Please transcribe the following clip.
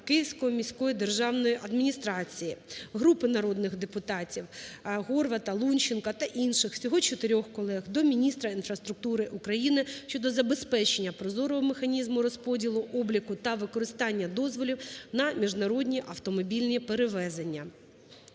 Київської міської державної адміністрації. Групи народних депутатів (Горвата, Лунченка та інших; всього 4-х колег) до міністра інфраструктури України щодо забезпечення прозорого механізму розподілу, обліку та використання дозволів на міжнародні автомобільні перевезення.